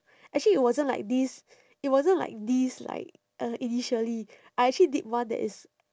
actually it wasn't like this it wasn't like this like uh initially I actually did one that is